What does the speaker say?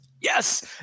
Yes